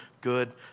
good